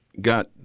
Got